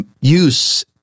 use